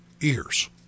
ears